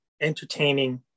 entertaining